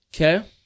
Okay